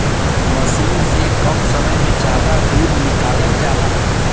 मसीन से कम समय में जादा दूध निकालल जाला